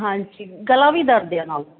ਹਾਂਜੀ ਗਲਾ ਵੀ ਦਰਦ ਹੈ ਨਾਲ